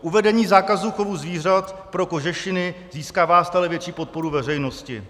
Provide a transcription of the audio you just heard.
Uvedení zákazu chovu zvířat pro kožešiny získává stále větší podporu veřejnosti.